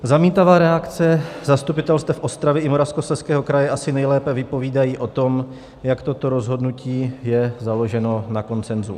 Zamítavé reakce zastupitelstev Ostravy i Moravskoslezského kraje asi nejlépe vypovídají o tom, jak toto rozhodnutí je založeno na konsenzu.